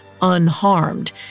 unharmed